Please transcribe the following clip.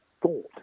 thought